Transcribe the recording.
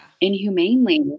inhumanely